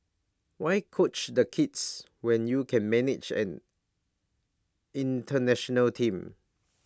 why coach the kids when you can manage an International team